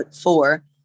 four